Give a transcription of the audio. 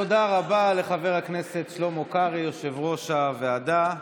תודה רבה לחבר הכנסת שלמה קרעי, יושב-ראש הוועדה.